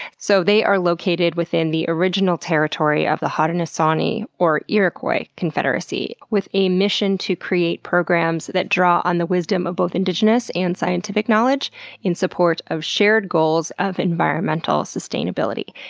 so they are located within the original territory of the haudenosaunee, or iroquois confederacy, with a mission to create programs that draw on the wisdom of both indigenous and scientific knowledge in support of shared goals of environmental sustainability.